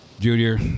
Junior